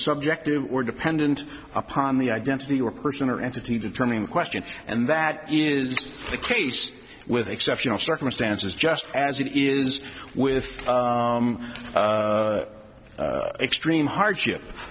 subjective or dependent upon the identity or person or entity determining the question and that is the case with exceptional circumstances just as it is with extreme hardship